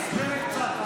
אתה רוצה שאני אקרא לך?